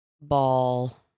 ball